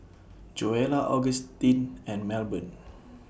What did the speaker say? Joella Augustin and Melbourne